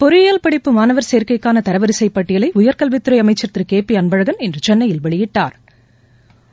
பொறியியல் படிப்பு மாணவர் சேர்க்கைக்கான தரவரிசைப் பட்டியலை உயர்கல்வித்துறை அமைச்சா் திரு கே பி அன்பழகன் இன்று சென்னையில் வெளியிட்டாா்